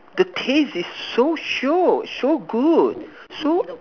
the taste is so shiok so good so